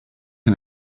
and